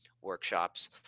workshops